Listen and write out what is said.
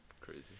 Crazy